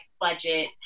budget